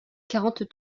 quarante